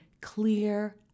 clear